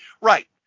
right